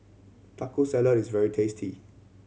Taco Salad is very tasty